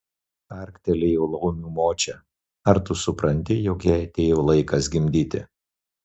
karktelėjo laumių močia ar tu supranti jog jai atėjo laikas gimdyti